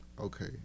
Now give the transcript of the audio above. okay